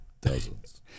Dozens